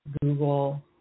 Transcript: Google